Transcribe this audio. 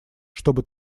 чтобы